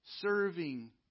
serving